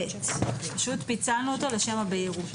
פשוט פיצלנו אותו לשם הבהירות.